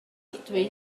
ddim